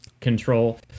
control